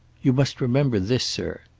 you must remember this, sir.